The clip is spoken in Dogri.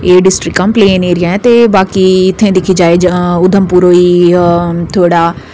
एह् डिस्ट्रिक्टां प्लेन एरिया ऐ ते बाकी इत्थै दिक्खेआ जा जां उधमपुर होई थोह्ड़ा